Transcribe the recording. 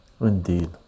Indeed